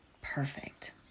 Perfect